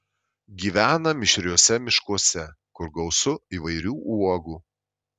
gyvena mišriuose miškuose kur gausu įvairių uogų